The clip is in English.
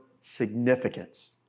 significance